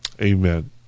amen